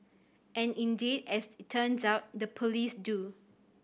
and indeed as turns out the police do